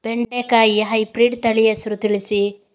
ಬೆಂಡೆಕಾಯಿಯ ಹೈಬ್ರಿಡ್ ತಳಿ ಹೆಸರು ತಿಳಿಸಿ?